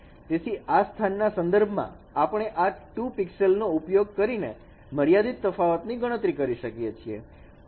તેથી આ સ્થાનના સંદર્ભમાં આપણે આ 2 પિક્સેલ નો ઉપયોગ કરીને મર્યાદિત તફાવતની ગણતરી કરી શકીએ છીએ